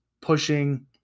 Pushing